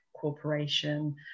Corporation